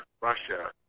Russia